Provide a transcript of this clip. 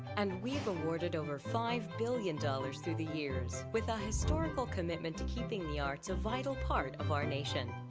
and we've awarded over five billion dollars through the years with a historical commitment to keeping the arts a vital part of our nation.